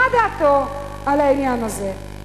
מה דעתו על העניין הזה,